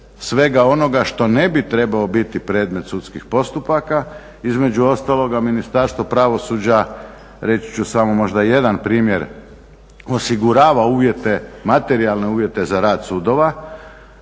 svega onoga što ne bi trebao biti predmet sudskih postupaka. Između ostaloga Ministarstvo pravosuđa, reći ću samo možda jedan primjer osigurava uvjete materijalne uvjete za rad sudova.